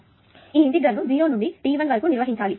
కాబట్టి ఈ ఇంటిగ్రల్ ను 0 నుండి t1 వరకు నిర్వహించాలి